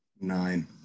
nine